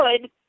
good